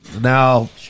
Now